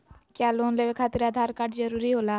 क्या लोन लेवे खातिर आधार कार्ड जरूरी होला?